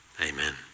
Amen